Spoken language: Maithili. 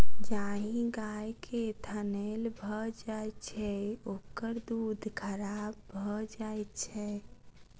जाहि गाय के थनैल भ जाइत छै, ओकर दूध खराब भ जाइत छै